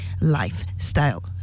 lifestyle